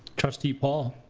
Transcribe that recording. trustee paul?